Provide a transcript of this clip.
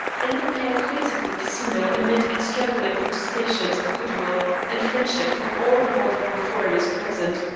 and the pair quitted the casino amid extravagant protestations of good-will and friendship from all the voluble foreigners present,